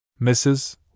Mrs